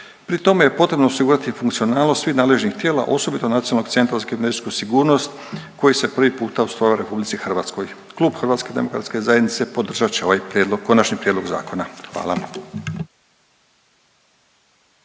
Pri tome je osigurati funkcionalnost svih nadležnih tijela osobito Nacionalnog centra za kibernetičku sigurnost koji se prvi ustrojava u Republici Hrvatskoj. Klub Hrvatske demokratske zajednice podržat će ovaj prijedlog, Konačni prijedlog zakona. Hvala.